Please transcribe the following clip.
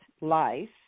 life